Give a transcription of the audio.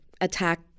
attack